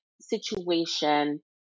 situation